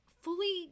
fully